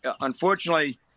unfortunately